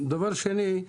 דבר שני,